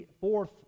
fourth